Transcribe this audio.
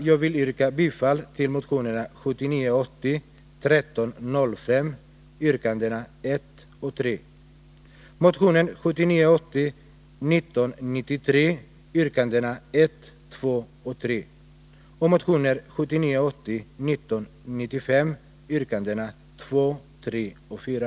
Jag vill yrka bifall till motionen 1979 80:1993 yrkandena 1, 2 och 3 samt motionen 1979/80:1995 yrkandena 2, 3 och 4.